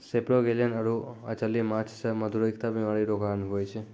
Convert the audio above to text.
सेपरोगेलनिया आरु अचल्य माछ मे मधुरिका बीमारी रो कारण हुवै छै